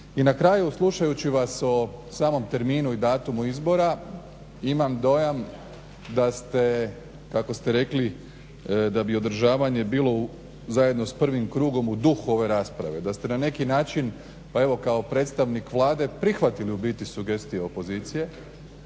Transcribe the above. I na kraju, slušajući vas o samom terminu i datumu izbora imam dojam da ste, kako ste rekli da bi održavanje bilo zajedno s prvim krugom u duhu ove rasprave, da ste na neki način, pa evo kako predstavnika Vlade prihvatili ubiti sugestije opozicije